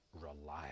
reliable